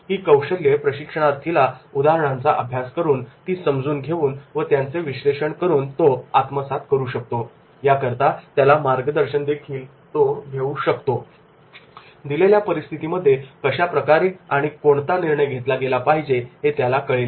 ही कौशल्ये हे प्रशिक्षणार्थी या उदाहरणांचा अभ्यास करून ती समजून घेऊन व त्यांचे विश्लेषण करून आत्मसात करू शकतो याकरता त्याला मार्गदर्शन देखील तो घेऊ शकतो दिलेल्या परिस्थितीमध्ये कशाप्रकारे आणि कोणता निर्णय घेतला गेला पाहिजे हे त्याला कळेल